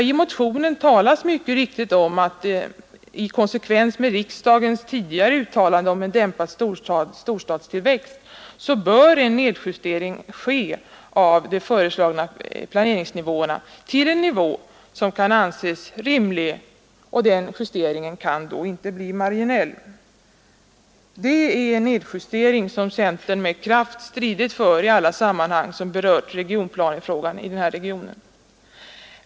I motionen sägs mycket riktigt att i konsekvens med riksdagens tidigare uttalanden om en dämpad storstadstillväxt bör en nedjustering ske av de föreslagna planeringsnivåerna till en nivå som kan anses rimlig, och den justeringen kan då inte bli marginell. Det är en nedjustering som centern med kraft stridit för i alla sammanhang som berört regionplanefrågan i den här regionen.